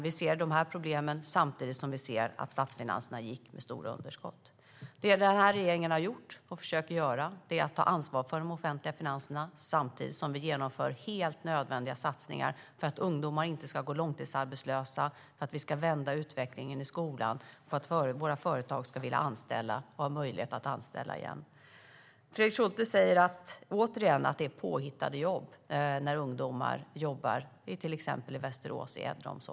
Vi ser dessa problem samtidigt som vi ser att statsfinanserna gick med stora underskott. Det som denna regering har gjort och försöker göra är att ta ansvar för de offentliga finanserna samtidigt som vi genomför helt nödvändiga satsningar för att ungdomar inte ska gå långtidsarbetslösa, för att vi ska vända utvecklingen i skolan och för att våra företag ska ha möjlighet och vilja att anställa igen. Fredrik Schulte säger återigen att det är påhittade jobb när ungdomar jobbar till exempel i äldreomsorgen i Västerås.